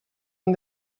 han